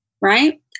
right